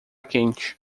quente